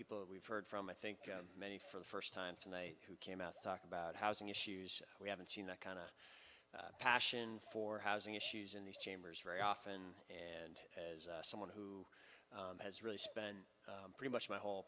people that we've heard from i think many for the first time tonight who came out to talk about housing issues we haven't seen that kind of passion for housing issues in these chambers very often and as someone who has really spend pretty much my whole